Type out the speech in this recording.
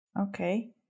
Okay